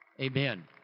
Amen